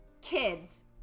Kids